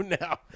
now